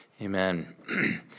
Amen